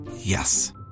Yes